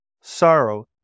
Sorrow